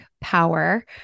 Power